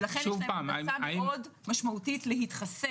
לכן יש המלצה משמעותית להתחסן.